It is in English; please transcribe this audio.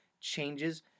changes